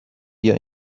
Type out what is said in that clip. بیا